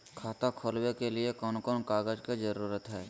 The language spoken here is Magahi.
खाता खोलवे के लिए कौन कौन कागज के जरूरत है?